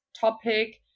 topic